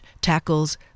tackles